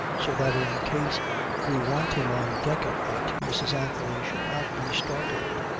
so that in case we want him on deck at night, mrs. anthony should not be startled.